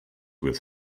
with